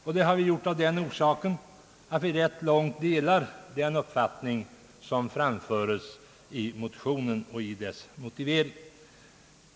Vi har gjort det av den orsaken att vi ganska långt delar den uppfattning som framföres i motionen och i dess motivering.